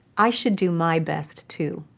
i should do my best too.